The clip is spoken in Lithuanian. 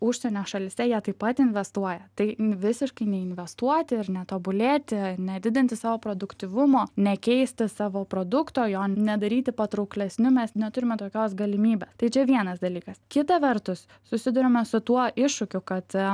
užsienio šalyse jie taip pat investuoja tai visiškai neinvestuoti ir netobulėti nedidinti savo produktyvumo nekeisti savo produkto jo nedaryti patrauklesniu mes neturime tokios galimybės tai čia vienas dalykas kita vertus susiduriame su tuo iššūkiu kad